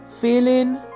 feeling